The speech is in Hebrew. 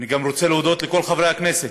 אני גם רוצה להודות לכל חברי הכנסת.